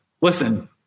listen